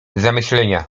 zamyślenia